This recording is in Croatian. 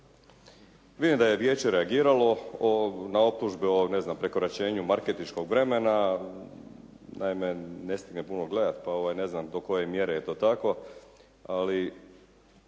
Vidim da je vijeće reagiralo o, na optužbe o, ne znam, prekoračenju marketinškog vremena. Naime ne stignem puno gledati pa ne znam do koje mjere je to tako ali